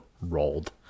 rolled